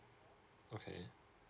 okay